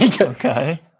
Okay